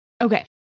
Okay